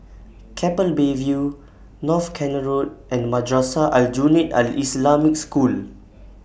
Keppel Bay View North Canal Road and Madrasah Aljunied Al Islamic School